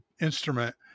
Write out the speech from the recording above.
instrument